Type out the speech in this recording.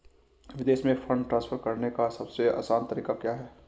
विदेश में fund transfer करने का सबसे आसान तरीका क्या है?